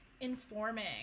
informing